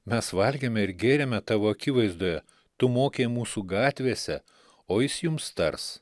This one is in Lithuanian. mes valgėme ir gėrėme tavo akivaizdoje tu mokei mūsų gatvėse o jis jums tars